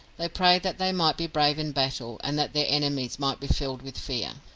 they prayed that they might be brave in battle, and that their enemies might be filled with fear.